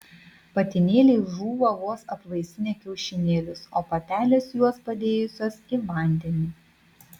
patinėliai žūva vos apvaisinę kiaušinėlius o patelės juos padėjusios į vandenį